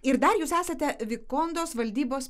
ir dar jūs esate vikondos valdybos